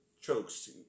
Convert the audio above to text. chokes